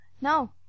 No